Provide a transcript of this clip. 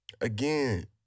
Again